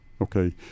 okay